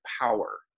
power